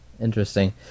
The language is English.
Interesting